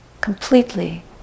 completely